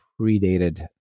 predated